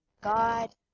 God